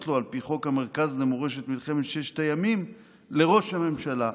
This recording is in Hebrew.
לו על פי חוק המרכז למורשת מלחמת ששת הימים לראש הממשלה.